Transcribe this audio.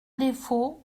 défaut